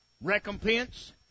Recompense